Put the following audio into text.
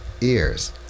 ears